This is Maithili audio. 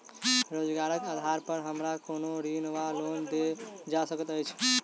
रोजगारक आधार पर हमरा कोनो ऋण वा लोन देल जा सकैत अछि?